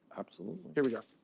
absolutely. here we go.